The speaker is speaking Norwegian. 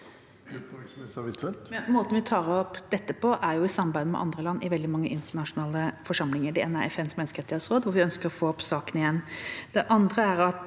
Måten vi tar opp dette på, er i samarbeid med andre land i veldig mange internasjonale forsamlinger. Det ene er FNs menneskerettighetsråd, hvor vi ønsker å få opp saken igjen.